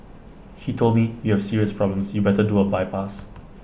he told me you have serious problems you better do A bypass